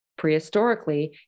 prehistorically